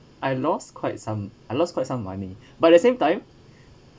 I lost quite some I lost quite some money but at the same time